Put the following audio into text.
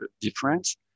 difference